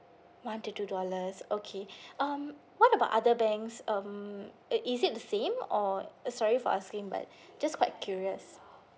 one to two dollars okay um what about other banks um uh is it the same or uh sorry for asking but just quite curious